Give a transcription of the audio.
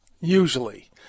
usually